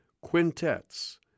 Quintets